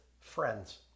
friends